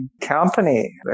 company